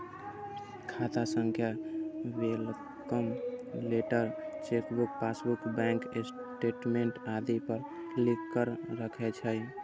खाता संख्या welcome letter, chequebook, passbook, bank statement आदि पर लिखल रहै छै